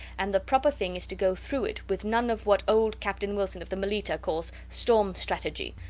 and the proper thing is to go through it with none of what old captain wilson of the melita calls storm strategy.